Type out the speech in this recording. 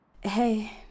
Hey